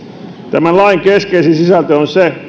tämän lain keskeisin sisältö on se